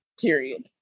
period